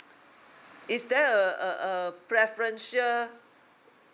is there a a a preference sure